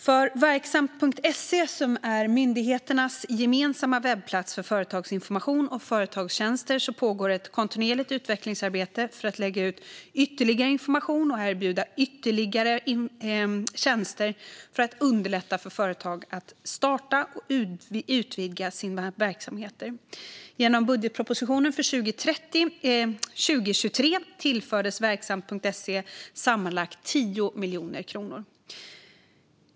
För verksamt.se, som är myndigheternas gemensamma webbplats för företagsinformation och företagstjänster, pågår ett kontinuerligt utvecklingsarbete för att lägga ut ytterligare information och erbjuda ytterligare tjänster för att underlätta för företagare att starta och utvidga sina verksamheter. Genom budgetpropositionen för 2023 tillfördes verksamt.se sammanlagt 10 miljoner kronor.